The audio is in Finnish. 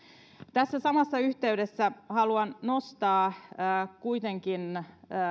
tässä samassa yhteydessä haluan nostaa kuitenkin